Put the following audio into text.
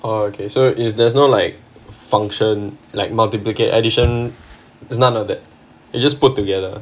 orh okay so if there's no like function like multiplicate addition there's none of that it just put together